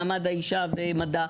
מעמד האישה ומדע.